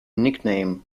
nickname